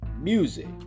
Music